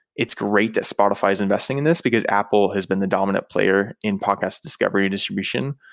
it's great that spotify is investing in this, because apple has been the dominant player in podcast discovery distribution.